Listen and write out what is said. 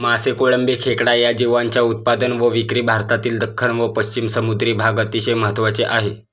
मासे, कोळंबी, खेकडा या जीवांच्या उत्पादन व विक्री भारतातील दख्खन व पश्चिम समुद्री भाग अतिशय महत्त्वाचे आहे